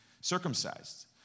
circumcised